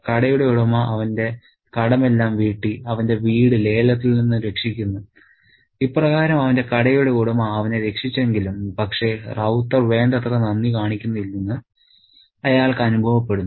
കടയുടെ ഉടമ അവന്റെ കടമെല്ലാം വീട്ടി അവന്റെ വീട് ലേലത്തിൽ നിന്ന് രക്ഷിക്കുന്നു ഇപ്രകാരം അവന്റെ കടയുടെ ഉടമ അവനെ രക്ഷിച്ചെങ്കിലും പക്ഷേ റൌത്തർ വേണ്ടത്ര നന്ദി കാണിക്കുന്നില്ലെന്ന് അയാൾക്ക് അനുഭവപ്പെടുന്നു